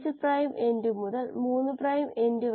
തുടർന്ന് മൊഡ്യൂൾ മൂന്നിൽ